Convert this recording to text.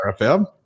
RFM